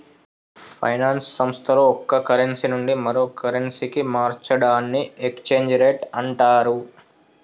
finance సంస్థల్లో ఒక currency నుండి మరో కరెన్సీకి మార్చడాన్ని ఎక్స్చేంజ్ రేట్ అంటరు